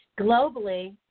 Globally